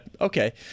Okay